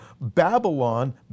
Babylon